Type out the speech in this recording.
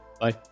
Bye